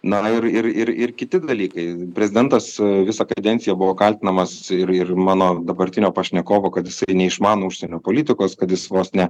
na ir ir ir ir kiti dalykai prezidentas visą kadenciją buvo kaltinamas ir ir mano dabartinio pašnekovo kad jisai neišmano užsienio politikos kad jis vos ne